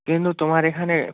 কিন্তু তোমার এখানে